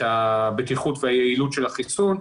הבטיחות ואת היעילות של החיסון,